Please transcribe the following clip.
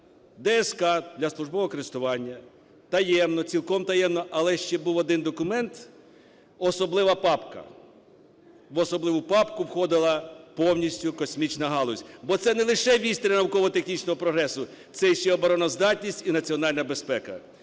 ДСК (для службового користування), таємно, цілком таємно. Але ще був один документ, "особлива папка", в "особливу папку" входила повністю космічна галузь. Бо це не лише вістря науково-технічного прогресу, це ще й обороноздатність і національна безпека.